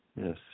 yes